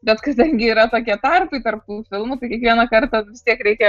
bet kadangi yra tokie tarpai tarp tų filmų tai kiekvieną kartą vis tiek reikia